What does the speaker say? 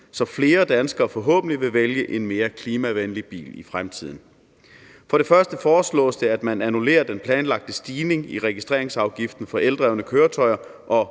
så flere danskere forhåbentlig vil vælge en mere klimavenlig bil i fremtiden. For det første foreslås det, at man annullerer den planlagte stigning i registreringsafgiften for eldrevne køretøjer